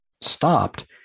stopped